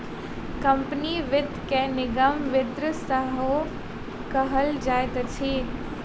company वित्त के निगम वित्त सेहो कहल जाइत अछि